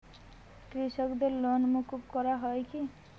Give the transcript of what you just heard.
কৃষকদের লোন মুকুব করা হয় কি?